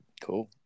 Cool